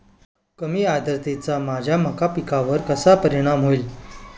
कमी आर्द्रतेचा माझ्या मका पिकावर कसा परिणाम होईल?